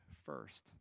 first